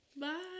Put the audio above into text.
bye